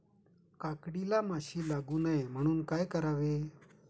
काकडीला माशी लागू नये म्हणून काय करावे?